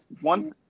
One